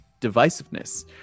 divisiveness